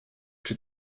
czy